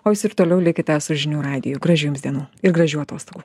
o jūs ir toliau likite su žinių radiju gražių jums dienų ir gražių atostogų